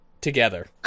together